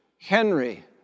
Henry